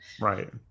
Right